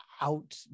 out